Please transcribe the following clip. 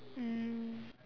mm